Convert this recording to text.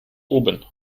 oben